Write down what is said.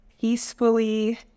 peacefully